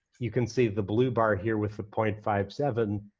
you can see the blue bar here with the point five seven